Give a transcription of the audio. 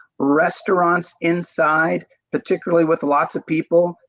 restaurants inside particularly with lots of people,